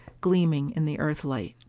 gleaming in the earthlight.